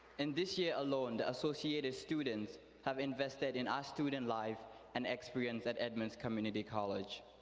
in this year alone associated students have invested in our student life and experience at edmonds community college.